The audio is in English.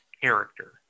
character